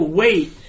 wait